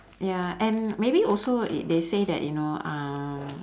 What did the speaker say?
ya and maybe also i~ they say that you know um